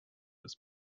des